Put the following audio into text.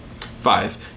Five